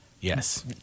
Yes